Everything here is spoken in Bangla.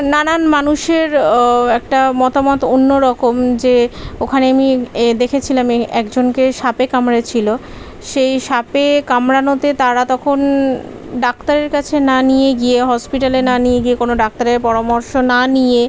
নানান মানুষের একটা মতামত অন্য রকম যে ওখানে নিয়ে এ দেখেছিলাম একজনকে সাপে কামড়েছিল সেই সাপে কামড়ানোতে তারা তখন ডাক্তারের কাছে না নিয়ে গিয়ে হসপিটালে না নিয়ে গিয়ে কোনও ডাক্তারের পরামর্শ না নিয়ে